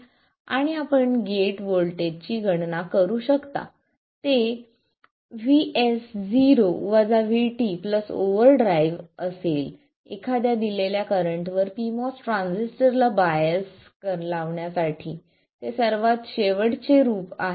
आणि आपण गेट व्होल्टेजची गणना करू शकता ते VS0 VT ओव्हरड्राईव्ह असेल एखाद्या दिलेल्या करंटवर pMOS ट्रान्झिस्टरला बायस बायसिंग लावण्यासाठी ते सर्वात शेवटचे रूप आहे